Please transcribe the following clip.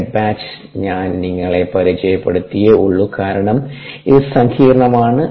fed batch ഞാൻ നിങ്ങളെ പരിചയപ്പെടുത്തിയെ ഉള്ളൂ കാരണം ഇത് സങ്കീർണ്ണമാണ്